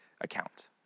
account